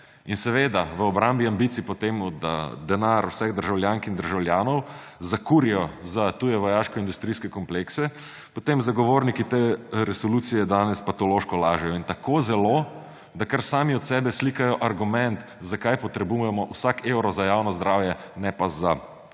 In seveda v obrambi ambicij po tem, da denar vseh državljank in državljanov zakurijo za tuje vojaškoindustrijske komplekse, potem zagovorniki te resolucije danes patološko lažejo; in tako zelo, da kar sami od sebe slikajo argument, zakaj potrebujemo vsak evro za javno zdravje, ne pa za